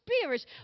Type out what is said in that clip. spirits